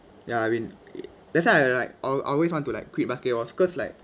ya I mean that's why I was like al~ always want to like quit basketball cause like